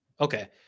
Okay